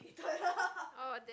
oh damn